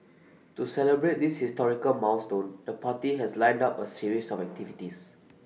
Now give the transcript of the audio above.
to celebrate this historical milestone the party has lined up A series of activities